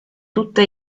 tutta